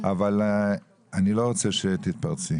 אבל אני לא רוצה שתתפרצי.